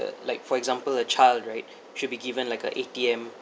uh like for example a child right should be given like a A_T_M